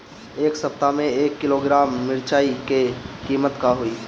एह सप्ताह मे एक किलोग्राम मिरचाई के किमत का होई?